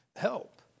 help